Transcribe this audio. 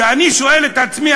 כשאני שואל את עצמי,